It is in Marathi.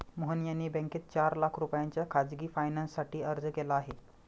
मोहन यांनी बँकेत चार लाख रुपयांच्या खासगी फायनान्ससाठी अर्ज केला आहे